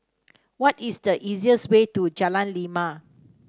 what is the easiest way to Jalan Lima